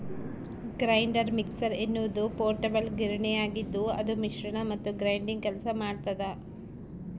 grinder mixer ಎನ್ನುವುದು portable ಗಿರಣಿಯಾಗಿದ್ದುಅದು ಮಿಶ್ರಣ ಮತ್ತು ಗ್ರೈಂಡಿಂಗ್ ಕೆಲಸ ಮಾಡ್ತದ